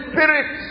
Spirit